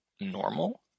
normal